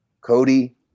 Cody